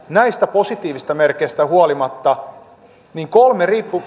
näistä positiivisista merkeistä huolimatta kolmessa